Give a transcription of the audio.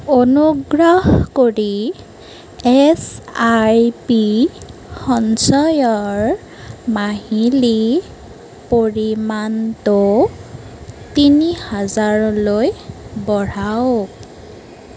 অনুগ্ৰহ কৰি S I P সঞ্চয়ৰ মাহিলী পৰিমাণটো তিনি হাজাৰলৈ বঢ়াওক